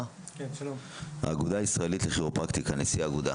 נשיא האגודה הישראלית לכירופרקטיקה.